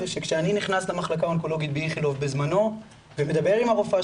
זה שכשאני נכנס למחלקה האונקולוגית בזמנו ומדבר עם הרופאה